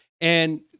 And-